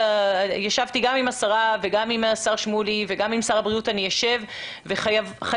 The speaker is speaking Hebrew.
ישבתי גם עם השרה וגם עם השר שמולי ואני אשב גם עם שר הבריאות.